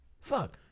Fuck